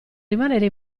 rimanere